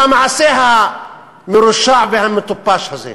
מהמעשה המרושע והמטופש הזה?